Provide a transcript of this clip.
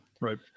Right